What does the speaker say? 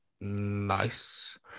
Nice